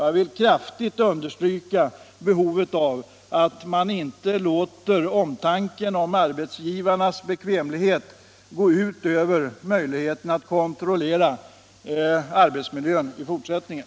Jag vill kraftigt understryka nödvändigheten av att man inte låter omtanken om arbetsgivarnas bekvämlighet gå ut över möjligheten att kontrollera arbetsmiljön i fortsättningen.